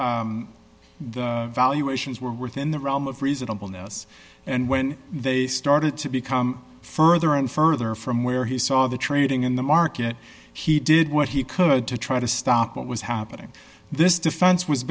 that the valuations were within the realm of reasonableness and when they started to become further and further from where he saw the trading in the market he did what he could to try to stop what was happening this defense was